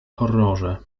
horrorze